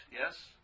Yes